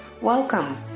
Welcome